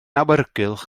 awyrgylch